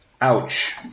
Ouch